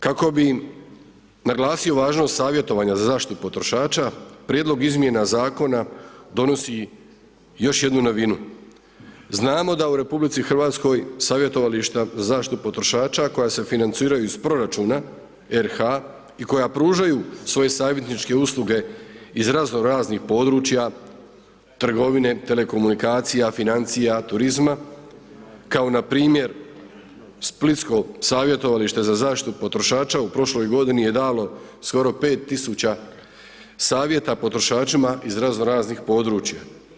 Kako bi im, naglasio važnost savjetovanja za zaštitu potrošača, prijedlog izmjena Zakona donosi još jednu novinu, znamo da u RH, savjetovališta za zaštitu potrošača, koja se financiraju iz proračuna RH i koja pružaju svoje savjetničke usluge iz razno raznih područja, trgovina, telekomunikacije, financija, turizma, kao npr. splitsko savjetovalište za zaštitu potrošača, u prošloj godini je dalo skoro 5000 savjeta potrošačima iz razno raznih području.